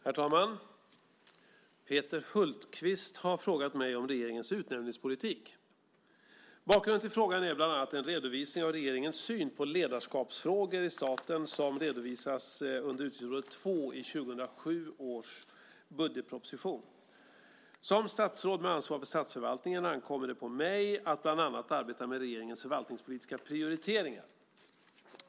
Herr talman! Peter Hultqvist har frågat mig om regeringens utnämningspolitik. Bakgrunden till frågan är bland annat den redovisning av regeringens syn på ledarskapsfrågor i staten som redovisas under utgiftsområde 2 i 2007 års budgetproposition. Som statsråd med ansvar för statsförvaltningen ankommer det på mig att bland annat arbeta med regeringens förvaltningspolitiska prioriteringar.